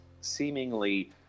seemingly